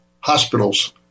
hospitals